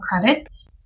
credits